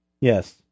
Yes